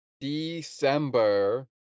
December